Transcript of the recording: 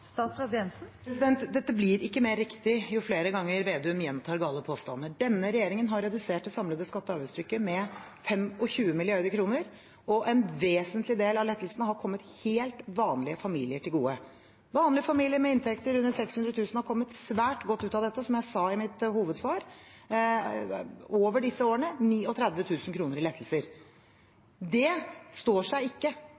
blir ikke mer riktige jo flere ganger Slagsvold Vedum gjentar dem. Denne regjeringen har redusert det samlede skatte- og avgiftstrykket med 25 mrd. kr, og en vesentlig del av lettelsene har kommet helt vanlige familier til gode. Vanlige familier med inntekter på under 600 000 har kommet svært godt ut av dette, som jeg sa i mitt hovedsvar, over disse årene – 39 000 kr i